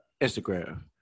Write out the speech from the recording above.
Instagram